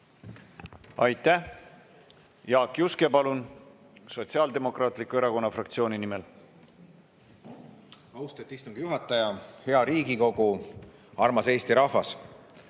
Aitäh! Jaak Juske, palun! Sotsiaaldemokraatliku Erakonna fraktsiooni nimel. Austatud istungi juhataja! Hea Riigikogu! Armas Eesti rahvas!